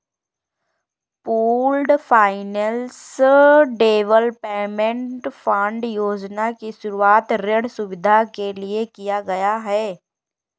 pooled finance development fund योजना की शुरूआत ऋण सुविधा के लिए किया गया है